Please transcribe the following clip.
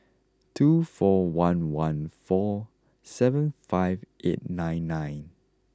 two four one one four seven five eight nine nine